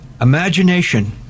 imagination